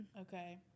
Okay